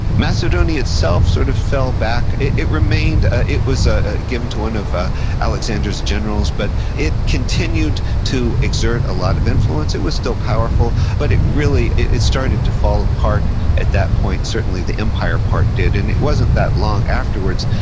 macedonia itself sort of fell back. it it ah was ah ah given to one of ah alexander's generals, but it continued to exert a lot of influence. it was still powerful, but it really, it started to fall apart at that point. certainly, the empire part did. and it wasn't that long afterwards,